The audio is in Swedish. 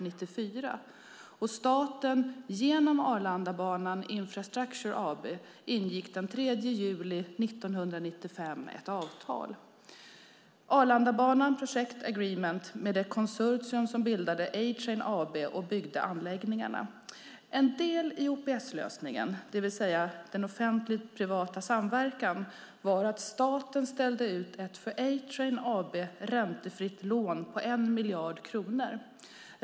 Staten ingick genom Arlandabanan Infrastructure AB den 3 juli 1995 ett avtal, Arlandabanan Project Agreement, med det konsortium som bildade A-Train AB och byggde anläggningarna. En del i OPS-lösningen, det vill säga offentlig-privat samverkan, var att staten ställde ut ett för A-Train AB räntefritt lån på 1 miljard kronor.